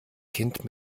kind